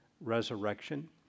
resurrection